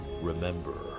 remember